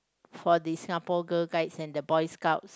for the Singapore girl guides and the boy scouts